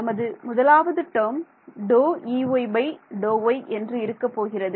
நமது முதலாவது term ∂Ex∂y என்று இருக்கப்போகிறது